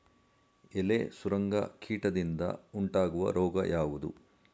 ಎಲೆ ಸುರಂಗ ಕೀಟದಿಂದ ಉಂಟಾಗುವ ರೋಗ ಯಾವುದು?